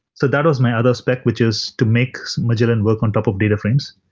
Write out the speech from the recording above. so that was my other spec, which is to make magellan work on top of data frames.